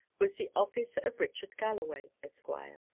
was the office of richard galloway, esquire,